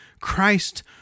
Christ